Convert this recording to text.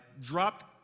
dropped